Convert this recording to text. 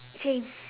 same